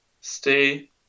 stay